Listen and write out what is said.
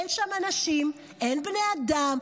אין שם אנשים, אין בני אדם.